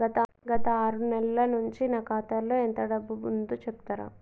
గత ఆరు నెలల నుంచి నా ఖాతా లో ఎంత డబ్బు ఉందో చెప్తరా?